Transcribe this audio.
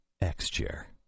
X-Chair